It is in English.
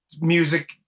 music